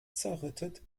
zerrüttet